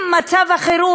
אם מצב החירום,